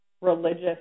religious